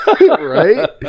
Right